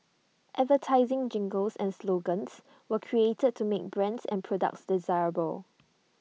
advertising jingles and slogans were created to make brands and products desirable